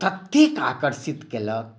ओ तत्तेक आकर्षित केलक